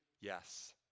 yes